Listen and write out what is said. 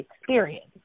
experience